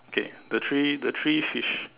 okay the three the three fish